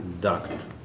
duct